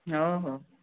ହଉ ହଉ